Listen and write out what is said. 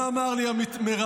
מה אמר לי המראיין?